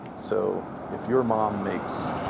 so if your mom makes,